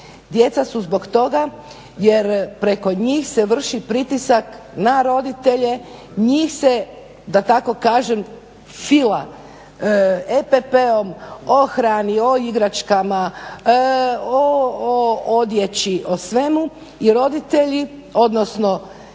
djeca su zbog toga jer preko njih se vrši pritisak na roditelje, njih se da tako kažem fila epp-om o hrani, o igračkama, o odjeći o svemu i roditelji odnosno